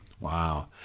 Wow